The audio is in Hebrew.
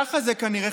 ככה זה כנראה,